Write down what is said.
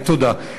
תודה.